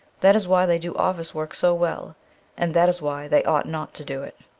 that is why they do office work so well and that is why they ought not to do it.